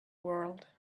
world